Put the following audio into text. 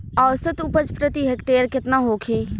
औसत उपज प्रति हेक्टेयर केतना होखे?